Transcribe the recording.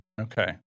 Okay